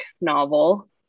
novel